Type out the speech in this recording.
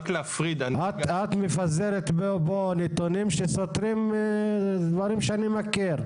את מפזרת פה נתונים שסותרים דברים שאני מכיר.